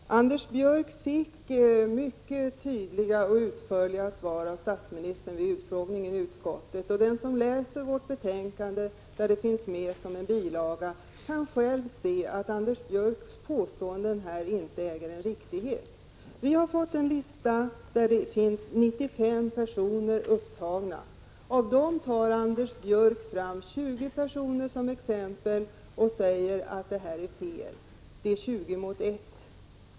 Fru talman! Anders Björck fick mycket tydliga och utförliga svar av statsministern vid utfrågningen i utskottet. Den som läser vårt betänkande där utfrågningen finns med som en bilaga kan själv se att Anders Björcks påståenden här inte är riktiga. Vi har fått en lista där 95 personer finns med. Av dessa tar Anders Björck fram 20 personer som exempel och säger att detta är fel och att förhållandet är 20 till 1.